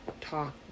talk